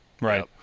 right